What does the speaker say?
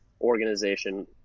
organization